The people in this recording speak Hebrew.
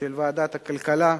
של ועדת הכלכלה,